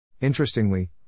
Interestingly